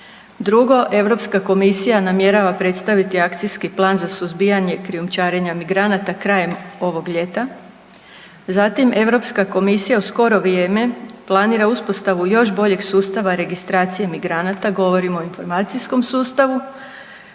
Drugo, Europska komisija namjerava predstaviti akcijski plan za suzbijanje krijumčarenja imigranata krajem ovog ljeta. Zatim Europska komisija u skoro vrijeme planira uspostavu još boljeg sustava registracije migranata govorim o informacijskom sustavu.